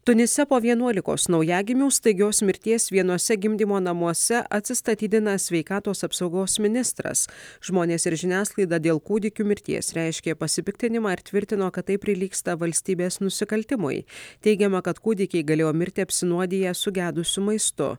tunise po vienuolikos naujagimių staigios mirties vienuose gimdymo namuose atsistatydina sveikatos apsaugos ministras žmonės ir žiniasklaida dėl kūdikių mirties reiškė pasipiktinimą ir tvirtino kad tai prilygsta valstybės nusikaltimui teigiama kad kūdikiai galėjo mirti apsinuodiję sugedusiu maistu